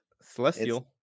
celestial